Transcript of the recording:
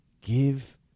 Give